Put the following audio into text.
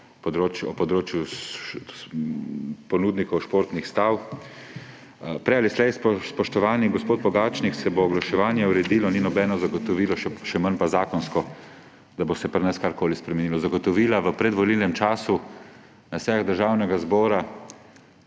o področju ponudnikov športnih stav. Prej ali slej, spoštovani gospod Pogačnik, se bo oglaševanje uredilo, ni nobeno zagotovilo, še manj pa zakonsko, da se bo pri nas karkoli spremenilo. Zagotovila v predvolilnem času na sejah Državnega zbora,